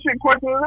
question